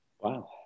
Wow